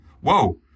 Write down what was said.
whoa